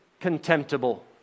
contemptible